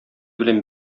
белән